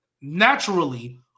naturally